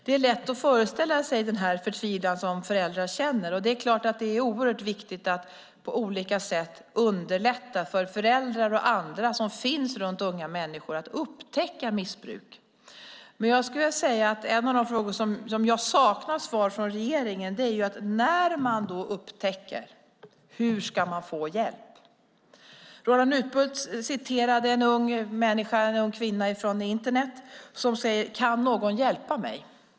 Det är lätt att föreställa sig den förtvivlan som föräldrar känner, och det är klart att det är oerhört viktigt att på olika sätt underlätta för föräldrar och andra som finns runt unga människor att upptäcka missbruk. Men jag skulle vilja säga att en av de frågor som jag saknar svar på från regeringen är att när man upptäcker missbruket, hur ska man då få hjälp? Roland Utbult citerade en ung kvinna från Internet som säger: Kan någon hjälpa mig?